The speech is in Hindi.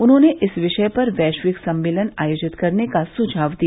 उन्होंने इस विषय पर वैश्विक सम्मेलन आयोजित करने का सुझाव दिया